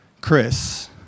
Chris